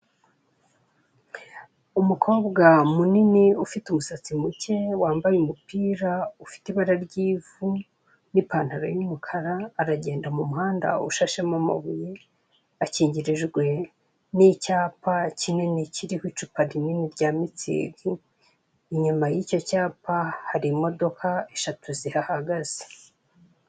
Umukobwa munini ufite umusatsi muke, wambaye umupira ufite ibara ry'ivu n'ipantaro y'umukara, aragenda mu muhanda ushashemo amabuye, akingirijwe n'icyapa kinini kiriho icupa rinini rya Mutsig. Inyuma y'icyo cyapa hari imodoka eshatu zihahagaze.